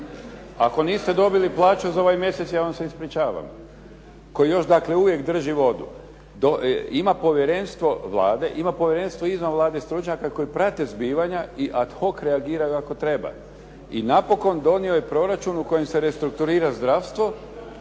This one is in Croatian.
Ako niste dobili plaću za ovaj mjesec ja vam se ispričavam, koji još dakle uvijek drži vodu. Ima povjerenstvo Vlade, ima povjerenstvo izvan Vlade, stručnjaka koji prate zbivanja i ad hoc reagiraju ako treba. I napokon donio je proračun u kojem se restrukturira zdravstvo